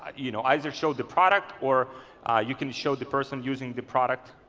you know either show the product or you can show the person using the product.